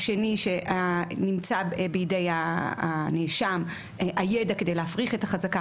השני, שנמצא בידי הנאשם הידע כדי להפריך את החזקה.